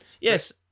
yes